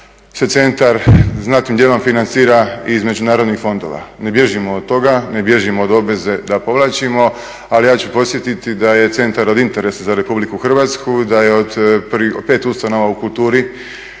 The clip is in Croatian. se centar znatnim dijelom financira iz međunarodnih fondova. Ne bježimo od toga, ne bježimo od obveze da povlačimo, ali ja ću podsjetiti da je centar od interesa za Republiku Hrvatsku, da je od pet ustanova u kulturi